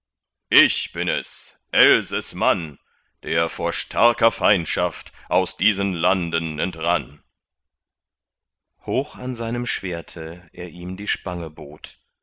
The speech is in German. ich bin es elses mann der vor starker feindschaft aus diesen landen entrann hoch an seinem schwerte er ihm die spange bot